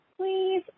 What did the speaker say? Please